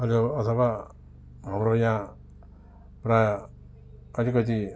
अनि अथवा हाम्रो यहाँ प्रायः अलिकति